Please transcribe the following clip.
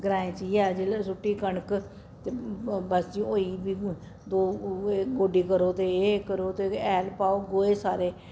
ग्राएं च इ'यै जिसलै सुट्टी कनक बस जी होई दो उ'ऐ गोड्डी करो ते एह् करो ते हैल पाओ गोए सारे